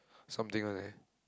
something only